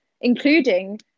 including